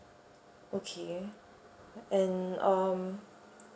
okay and um